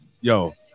yo